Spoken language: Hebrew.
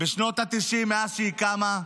בשנות התשעים, מאז שהיא קמה,